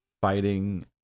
fighting